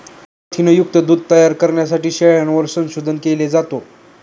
प्रथिनयुक्त दूध तयार करण्यासाठी शेळ्यांवर संशोधन केले जाते